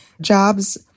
jobs